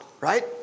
right